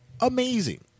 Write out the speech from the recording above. Amazing